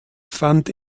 fand